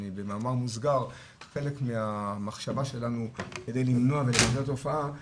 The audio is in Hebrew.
במאמר מוסגר חלק מהמחשבה שלנו כדי למנוע ולמגר את התופעה,